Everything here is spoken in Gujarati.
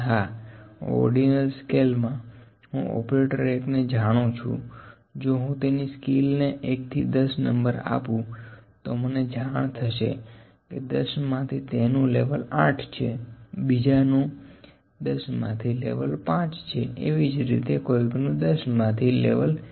પણ હા ઓર્ડીનલ સ્કેલ માં હું ઓપરેટર 1 ને જાણું છું જો હું તેની સ્કીલ ને 1 થી 10 નંબર આપુ તો મને જાણ થશે કે 10 માંથી તેનુ લેવલ 8 છે બીજાનું 10 માંથી 5 છે એવીજ રીતે કોઈકનું 10 માંથી 2